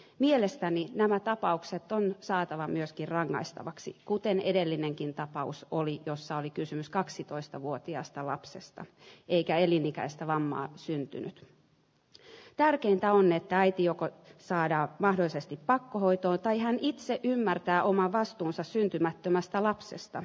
mielestäni nämä tapaukset on saatava keski rangaistavaksi kuten edellinenkin tapaus oli jossa oli kysymys kaksitoista vuotiaasta lapsesta eikä elinikäistä vammaa syntyneen tärkeintä on että äiti joka saadaan mahdollisesti pakkohoitoa tai hän itse ymmärtää oman vastuunsa syntymättömästä lapsesta